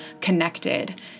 connected